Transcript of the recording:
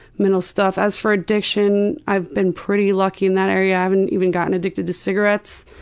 mental stuff. as for addiction, i've been pretty lucky in that area. i haven't even gotten addicted to cigarettes.